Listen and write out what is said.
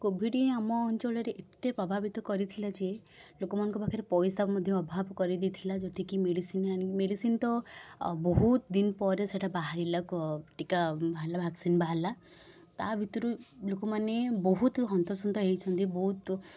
Covid ଆମ ଅଞ୍ଚଳରେ ଏତେ ପ୍ରଭାବିତ କରିଥିଲା ଯେ ଲୋକମାନଙ୍କ ପାଖରେ ପଇସା ମଧ୍ୟ ଅଭାବ କରିଦେଇଥିଲା ଯତିକି ମେଡ଼ିସିନ୍ ଆଣି ମେଡ଼ିସିନ୍ ତ ଅ ବହୁତ ଦିନ ପରେ ସେଇଟା ବାହାରିଲା କ ଟୀକା ବାହାରିଲା ଭ୍ୟାକ୍ସିନ୍ ବାହାରିଲା ତା' ଭିତରୁ ଲୋକମାନେ ବହୁତ ହନ୍ତସନ୍ତ ହେଇଛନ୍ତି ବହୁତ